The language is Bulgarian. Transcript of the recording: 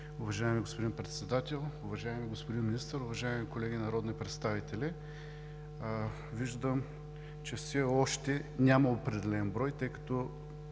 Уважаеми господин Председател, уважаеми господин Министър, уважаеми колеги народни представители! Виждам, че все още няма определен брой, тъй като